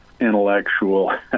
intellectual